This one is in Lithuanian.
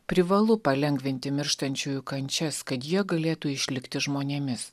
privalu palengvinti mirštančiųjų kančias kad jie galėtų išlikti žmonėmis